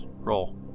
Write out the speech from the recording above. roll